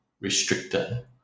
restricted